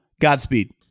Godspeed